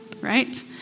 right